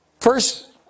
First